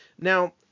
now